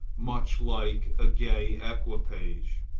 much like a gay equipage,